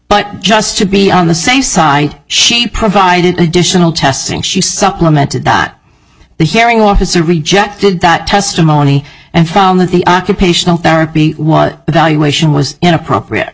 but just to be on the safe side she provided additional testing she supplemented dot the hearing officer rejected that testimony and found that the occupational therapy was evaluation was inappropriate